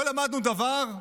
לא למדנו דבר?